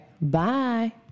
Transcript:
bye